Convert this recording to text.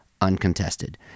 uncontested